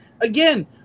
Again